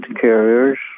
carriers